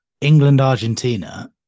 England-Argentina